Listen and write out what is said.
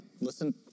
listen